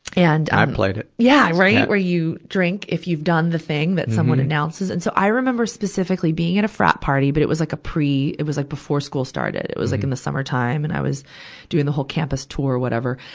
and i've played it. yeah, right? where you drink if you've done the thing that someone announces. and so, i remember specifically being at a frat party, but it was like a pre, it was like before school started. it was like in the summer time, and i was doing the whole campus tour or whatever.